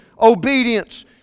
obedience